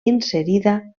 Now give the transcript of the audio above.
inserida